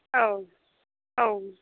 औ औ